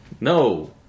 No